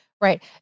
Right